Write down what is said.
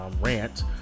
rant